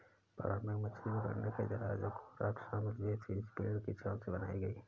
प्रारंभिक मछली पकड़ने के जहाजों में राफ्ट शामिल थीं जो पेड़ की छाल से बनाई गई